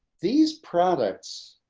these products,